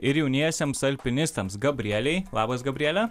ir jauniesiems alpinistams gabrielei labas gabriele